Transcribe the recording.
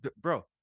Bro